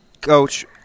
Coach